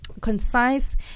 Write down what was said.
concise